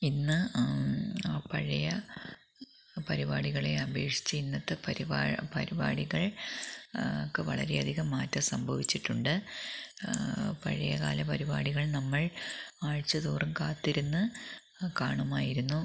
ഇന്ന് പഴയ പരിപാടികളെയപേഷിച്ച് ഇന്നത്തെ പരിപാടികള് ഒക്കെ വളരെയധികം മാറ്റം സംഭവിച്ചിട്ടുണ്ട് പഴയകാല പരിപാടികള് നമ്മള് ആഴ്ച തോറും കാത്തിരുന്ന് കാണുമായിരുന്നു